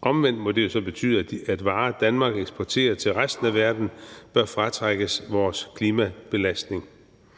Omvendt må det jo så betyde, at varer, Danmark eksporterer til resten af verden, bør fratrækkes vores klimabelastning.